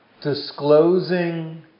disclosing